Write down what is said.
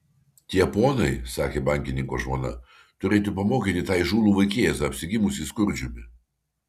tie ponai sakė bankininko žmona turėtų pamokyti tą įžūlų vaikėzą apsigimusį skurdžiumi